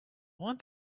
want